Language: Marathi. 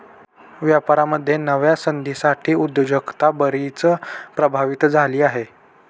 व्यापारामध्ये नव्या संधींसाठी उद्योजकता बरीच प्रभावित झाली आहे